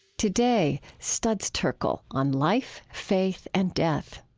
today, studs terkel on life, faith, and death.